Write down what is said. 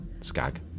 skag